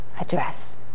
address